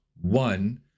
One